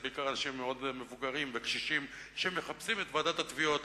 זה בעיקר אנשים מאוד מבוגרים וקשישים שמחפשים את ועידת התביעות,